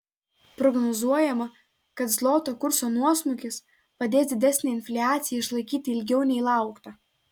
prognozuojama kad zloto kurso nuosmukis padės didesnę infliaciją išlaikyti ilgiau nei laukta